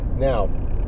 Now